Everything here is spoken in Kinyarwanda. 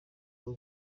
rwo